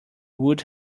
would